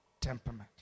temperament